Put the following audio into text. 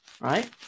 right